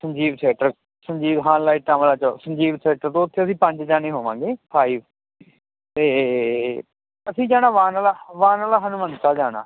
Sanjeev theatre Sanjeev ਹਾਂ ਲਾਈਟਾਂ ਵਾਲਾ ਚੌਂਕ ਸੰਜੀਵ ਥੇਟਰ ਤੋਂ ਉੱਥੇ ਅਸੀਂ ਪੰਜ ਜਣੇ ਹੋਵਾਂਗੇ ਫਾਈਵ ਤੇ ਅਸੀਂ ਜਾਣਾ ਵਾਨਲਾ ਵਾਨਲਾ